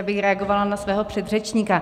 Já bych reagovala na svého předřečníka.